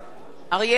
אריאל אטיאס,